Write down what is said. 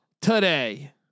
today